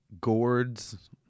Gourds